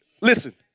listen